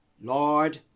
Lord